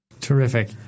Terrific